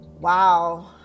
wow